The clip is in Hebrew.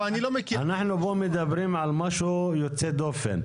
אנחנו פה מדברים על משהו יוצא דופן.